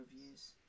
reviews